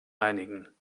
einigen